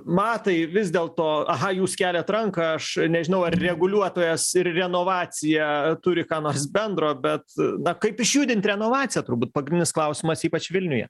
matai vis dėlto aha jūs keliat ranką aš nežinau ar reguliuotojas ir renovacija turi ką nors bendro bet na kaip išjudint renovaciją turbūt pagrindinis klausimas ypač vilniuje